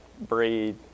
breed